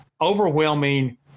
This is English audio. overwhelming